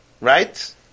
Right